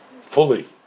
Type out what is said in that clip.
fully